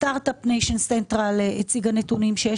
Start-Up Nation Central הציגו נתונים לפיהם יש